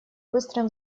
быстрым